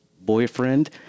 boyfriend